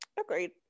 Agreed